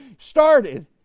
started